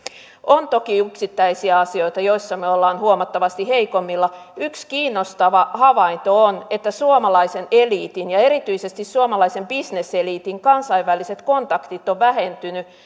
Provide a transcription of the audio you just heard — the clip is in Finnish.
on toki yksittäisiä asioita joissa me olemme huomattavasti heikommilla yksi kiinnostava havainto on että suomalaisen eliitin ja erityisesti suomalaisen bisneseliitin kansainväliset kontaktit ovat vähentyneet